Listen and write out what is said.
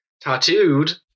tattooed